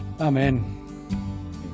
Amen